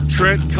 Trent